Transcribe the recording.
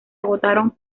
agotaron